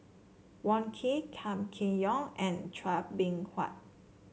Wong Keen Kam Kee Yong and Chua Beng Huat